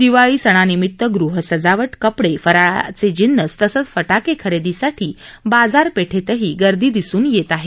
दीवाळीच्या सणानिमित गृह सजावट कपडे फराळाचे जिन्नस तसंच फटाके खरेदीसाठी बाजारपेठेत गर्दीही दिसून येत आहे